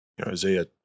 Isaiah